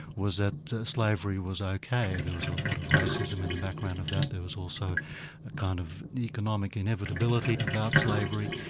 was that slavery was ok, there was a lot of racism in the background of that, there was also a kind of economic inevitability about slavery,